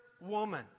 woman